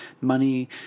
money